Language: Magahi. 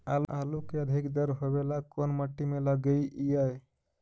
आलू के अधिक दर होवे ला कोन मट्टी में लगीईऐ?